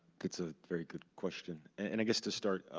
that's a very good question, and i guess to start,